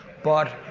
but.